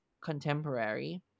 contemporary